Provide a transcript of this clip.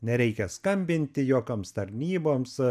nereikia skambinti jokioms tarnyboms